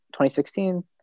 2016